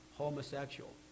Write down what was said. homosexual